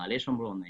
מעלה שומרון,